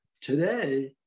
Today